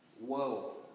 Whoa